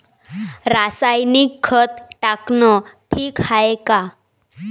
रासायनिक खत टाकनं ठीक हाये का?